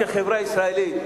כחברה ישראלית,